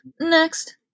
Next